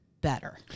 better